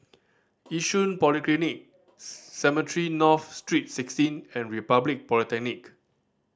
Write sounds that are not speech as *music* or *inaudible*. Yishun Polyclinic *unintelligible* Cemetry North Street Sixteen and Republic Polytechnic